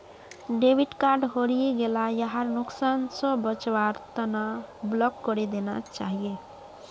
debit card हरई गेला यहार नुकसान स बचवार तना ब्लॉक करे देना चाहिए